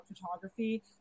photography